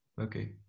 okay